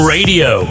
Radio